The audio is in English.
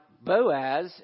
Boaz